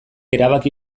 erabaki